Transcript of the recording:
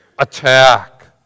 Attack